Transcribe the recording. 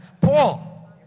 Paul